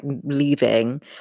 leaving